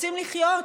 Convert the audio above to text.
רוצים לחיות,